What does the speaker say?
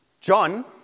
John